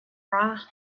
bra